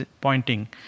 pointing